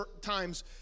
times